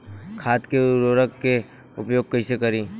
खाद व उर्वरक के उपयोग कइसे करी?